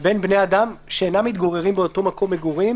בין בני אדם שאינם מתגוררים באותו מקום מגורים,